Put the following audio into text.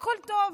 הכול טוב,